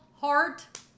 heart